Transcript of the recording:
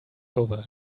over